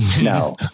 no